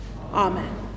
Amen